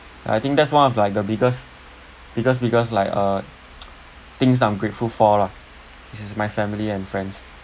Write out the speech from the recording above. I think that's one of like the biggest biggest biggest like uh things I'm grateful for lah is my family and friends